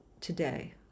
today